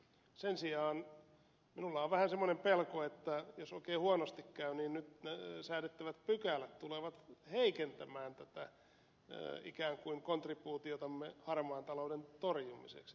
sen sijaan minulla on vähän semmoinen pelko että jos oikein huonosti käy nyt säädettävät pykälät tulevat heikentämään ikään kuin tätä kontribuutiotamme harmaan talouden torjumiseksi